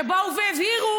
שבאו והבהירו,